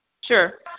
Sure